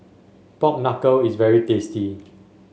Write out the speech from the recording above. Pork Knuckle is very tasty